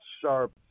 sharp